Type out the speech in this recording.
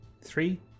Three